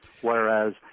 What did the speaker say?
Whereas